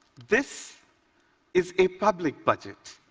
this is a public budget.